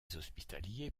hospitaliers